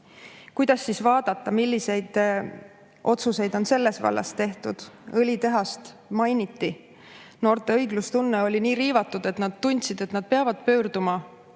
siis vaadata, milliseid otsuseid on selles vallas tehtud? Õlitehast mainiti, noorte õiglustunne oli nii riivatud, et nad tundsid, et nad peavad pöörduma